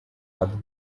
rather